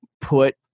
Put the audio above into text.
put